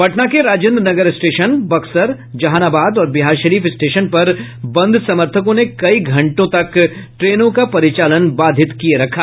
पटना के राजेन्द्र नगर स्टेशन बक्सर जहानाबाद और बिहारशरीफ स्टेशन पर बंद समर्थकों ने कई घंटे तक ट्रेनों का परिचालन बाधित किये रखा